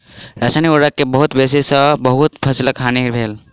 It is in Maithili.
रसायनिक उर्वरक के बेसी उपयोग सॅ बहुत फसीलक हानि भेल